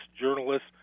journalists